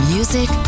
Music